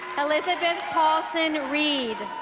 elizabeth paulsen reid